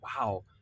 wow